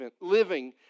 living